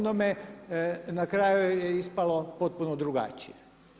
Na kraju je ispalo potpuno drukčije.